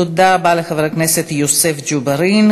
תודה רבה לחבר הכנסת יוסף ג'בארין.